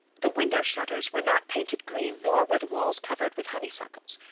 the window shutters were not painted green, nor were the walls covered with honeysuckles.